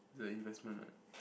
it's a investment what